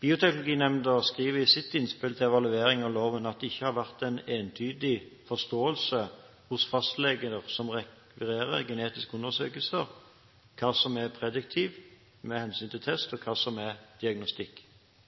Bioteknologinemnda skriver i sitt innspill til evaluering av loven at det ikke har vært en entydig forståelse hos fastleger som rekvirerer genetiske undersøkelser, av hva som – med hensyn til test – er prediktivt, og hva som er diagnostikk.